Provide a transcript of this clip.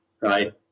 Right